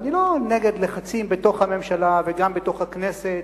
ואני לא נגד לחצים בתוך הממשלה, וגם בתוך הכנסת,